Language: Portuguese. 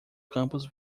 campus